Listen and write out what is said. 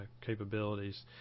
capabilities